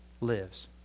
lives